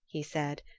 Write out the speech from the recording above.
he said,